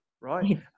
right